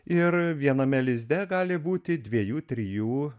ir viename lizde gali būti dviejų trijų